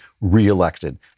reelected